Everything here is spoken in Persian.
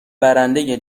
برنده